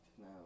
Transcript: now